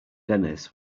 dennis